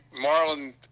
Marlon